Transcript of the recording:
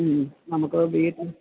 മ് നമുക്ക് വീട്